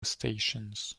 stations